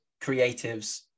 creatives